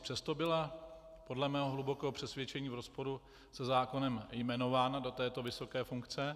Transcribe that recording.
Přesto byla podle mého hlubokého přesvědčení v rozporu se zákonem jmenována do této vysoké funkce.